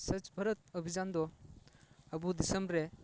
ᱥᱚᱪᱪᱷᱚ ᱵᱷᱟᱨᱚᱛ ᱚᱵᱷᱤᱡᱟᱱ ᱫᱚ ᱟᱵᱚ ᱫᱤᱥᱚᱢ ᱨᱮ